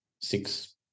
six